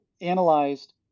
analyzed